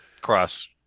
cross